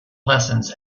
lessons